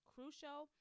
Crucial